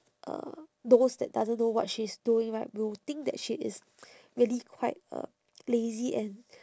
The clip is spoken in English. uh those that doesn't know what she's doing right will think that she is really quite a lazy and